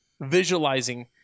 visualizing